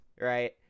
right